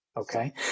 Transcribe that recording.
Okay